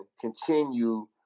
continue